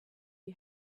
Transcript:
you